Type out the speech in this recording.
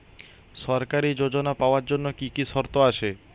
সরকারী যোজনা পাওয়ার জন্য কি কি শর্ত আছে?